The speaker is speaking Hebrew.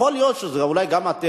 יכול להיות שזה גם אתם.